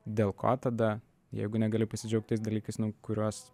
dėl ko tada jeigu negali pasidžiaugt tais dalykais nu kuriuos